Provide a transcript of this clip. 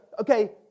okay